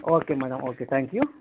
okay madam okay thank you